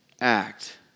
act